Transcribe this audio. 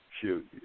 Shoot